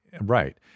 right